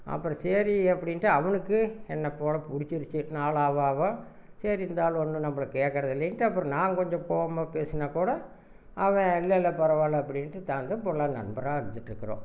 அப்றோம் சரி அப்படின்னுட்டு அவனுக்கு என்னை போல பிடிச்சிருச்சி நாள் ஆக ஆக சரி இந்த ஆள் வந்து நம்மளை கேட்குறது இல்லைன்னுட்டு அப்புறம் நான் கொஞ்ஜ கோவமாக பேசுனால் கூட அதை இல்லை இல்லை பரவாயில்ல அப்படின்னுட்டு நாங்கள் இப்போலாம் நண்பராக இருந்துகிட்டு இருக்கிறோம்